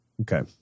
Okay